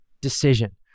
decision